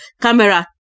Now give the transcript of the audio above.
camera